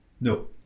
no